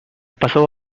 pasó